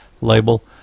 label